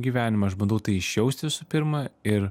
gyvenime aš bandau tai išjaust su pirma ir